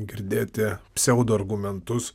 girdėti pseudo argumentus